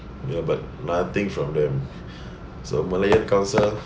ya but nothing from them so malayan council